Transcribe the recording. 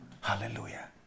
Hallelujah